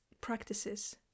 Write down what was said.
practices